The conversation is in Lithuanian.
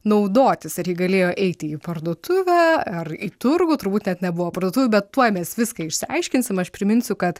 naudotis ar ji galėjo eiti į parduotuvę ar į turgų turbūt net nebuvo parduotuvių bet tuoj mes viską išsiaiškinsim aš priminsiu kad